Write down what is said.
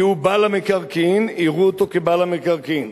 כי הוא בעל המקרקעין, יראו אותו כבעל המקרקעין.